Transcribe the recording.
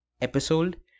episode